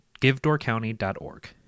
givedoorcounty.org